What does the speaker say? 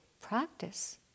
practice